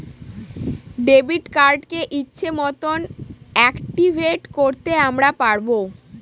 debit কার্ডকে ইচ্ছে মতন অ্যাকটিভেট করতে আমরা পারবো